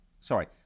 sorry